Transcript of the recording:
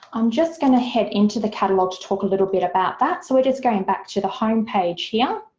i'm just going to head into the catalog to talk a little bit about that. so we're just going back to the home page here,